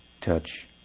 touch